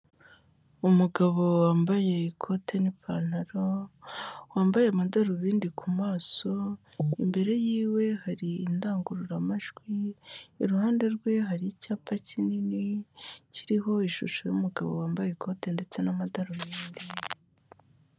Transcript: Umugabo wambaye ikote n'ipantaro, wambaye amadarubindi ku maso, imbere yiwe hari indangururamajwi, iruhande rwe hari icyapa kinini kiriho ishusho y'umugabo wambaye ikote ndetse n'amadarubindi.